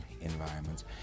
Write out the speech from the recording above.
environments